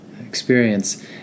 experience